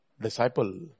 Disciple